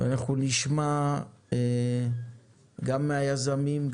אנחנו נשמע גם מן היזמים,